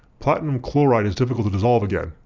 platinum chloride is difficult to dissolve again,